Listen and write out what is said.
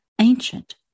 ancient